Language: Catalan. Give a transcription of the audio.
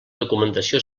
documentació